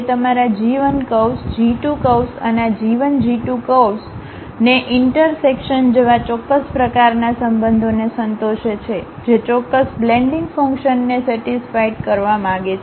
તે તમારા G 1 curves G 2 curves અને આ G 1 G 2 કર્વ્સને ઇન્ટર સેકશન જેવા ચોક્કસ પ્રકારનાં સંબંધોને સંતોષે છે જે ચોક્કસ બ્લેનડીંગ ફંકશનને સેટિસ્ફાઇડ કરવા માગે છે